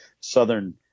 Southern